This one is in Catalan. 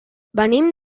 venim